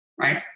right